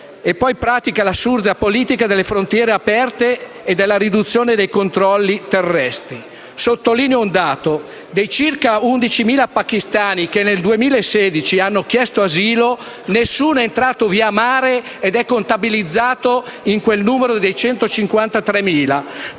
e poi pratica l'assurda politica delle frontiere aperte e della riduzione dei controlli terrestri. Sottolineo un dato: dei circa 11.000 pachistani che nel 2016 hanno chiesto asilo, nessuno è entrato via mare ed è contabilizzato in quel numero dei 153.000;